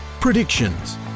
predictions